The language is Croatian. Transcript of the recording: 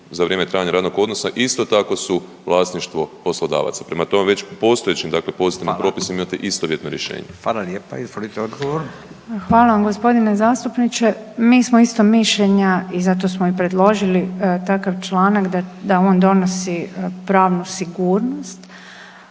za vrijeme trajanja radnog odnosa isto tako su vlasništvo poslodavaca. Prema tome, već u postojećim dakle pozitivnim propisima imate istovjetno rješenje. **Radin, Furio (Nezavisni)** Hvala lijepa. Izvolite odgovor. **Obuljen Koržinek, Nina (HDZ)** Hvala g. zastupniče. Mi smo isto mišljenja i zato smo i predložili takav članak da on donosi pravnu sigurnost,